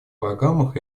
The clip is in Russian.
программах